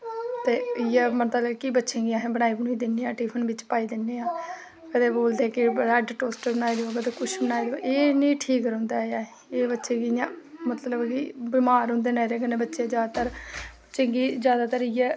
ते इयै मतलब की बच्चें गी अस दिन्ने आं टिफिन बिच पाई दिन्ने आं कदें बोलदे की अज्ज ब्रेड टोस्ट बनाई देओ कदें एह् ठीक निं रौहंदा ऐ एह् बच्चें गी मतलब की बमार रौहंदे न बच्चे एह्दे कन्नै जादैतर ते जादैतर इयै